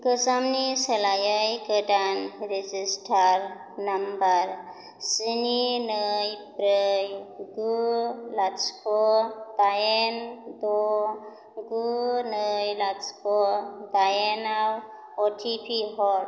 गोजामनि सोलायै गोदान रेजिस्टार्ड नाम्बार स्नि नै ब्रै गु लाथिख' डाइन द' गु नै लाथिख' डाइनआव अटिपि हर